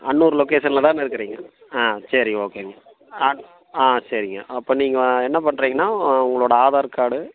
அன்னூர் லொக்கேஷனில் தானே இருக்கிறீங்க ஆ சரி ஓகேங்க ஆ ஆ சரிங்க அப்போ நீங்கள் என்ன பண்ணுறீங்கன்னா உங்களோடய ஆதார் கார்டு